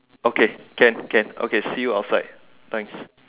okay can can okay see you outside thanks